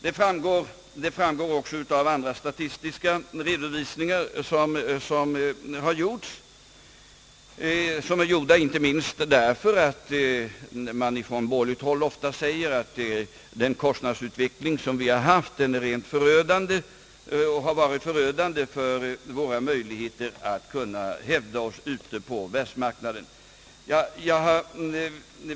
Detta framgår också av andra statistiska redovisningar, som är gjorda inte minst därför att man från borgerligt håll ofta säger att den kostnadsutveckling som vi har haft är rent förödande för våra möjligheter att hävda oss ute på världsmarknaden.